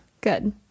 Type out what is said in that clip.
good